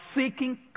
seeking